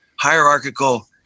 hierarchical